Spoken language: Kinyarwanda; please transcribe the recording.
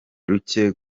ruke